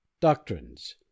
Doctrines